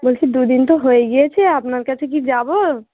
বলছি দুদিন তো হয়ে গিয়েছে আপনার কাছে কি যাব